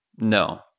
no